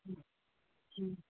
ہوں ہوں